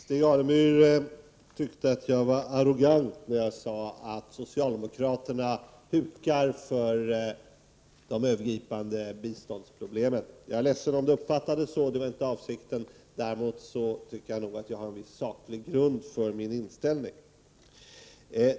Fru talman! Stig Alemyr tyckte att jag var arrogant när jag sade att socialdemokraterna hukar för de övergripande biståndsproblemen. Jag är ledsen om det uppfattades så; det var inte avsikten. Däremot tycker jag att jag har en viss saklig grund för min inställning.